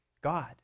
God